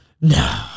No